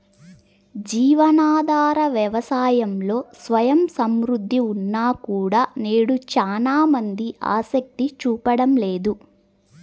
జీవనాధార వ్యవసాయంలో స్వయం సమృద్ధి ఉన్నా కూడా నేడు చానా మంది ఆసక్తి చూపడం లేదు